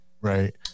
Right